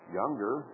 younger